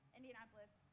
Indianapolis